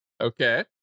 Okay